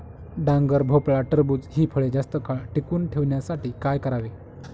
डांगर, भोपळा, टरबूज हि फळे जास्त काळ टिकवून ठेवण्यासाठी काय करावे?